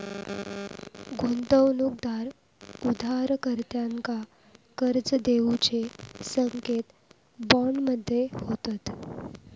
गुंतवणूकदार उधारकर्त्यांका कर्ज देऊचे संकेत बॉन्ड मध्ये होतत